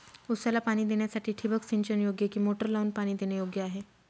ऊसाला पाणी देण्यासाठी ठिबक सिंचन योग्य कि मोटर लावून पाणी देणे योग्य आहे?